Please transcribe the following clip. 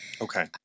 okay